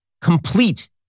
complete